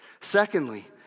Secondly